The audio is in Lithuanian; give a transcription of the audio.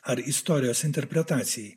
ar istorijos interpretacijai